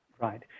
Right